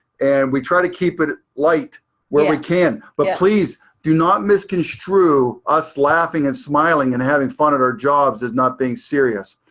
and we try to keep it light when we can. but please do not misconstrue us laughing and smiling and having fun at our jobs as not being serious.